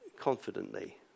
confidently